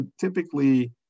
typically